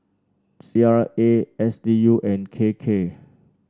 C R A S D U and K K